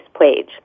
page